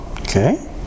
Okay